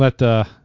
let